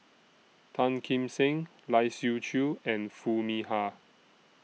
Tan Kim Seng Lai Siu Chiu and Foo Mee Har